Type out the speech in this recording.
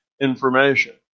information